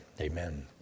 Amen